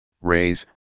raise